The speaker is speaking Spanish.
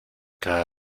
cada